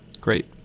Great